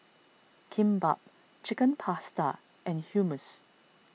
Kimbap Chicken Pasta and Hummus